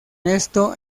esto